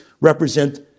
represent